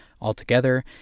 altogether